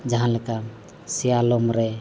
ᱡᱟᱦᱟᱸᱞᱮᱠᱟ ᱥᱮᱭᱟᱞᱚᱢ ᱨᱮ